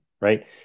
right